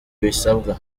bisabwa